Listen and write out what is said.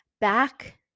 back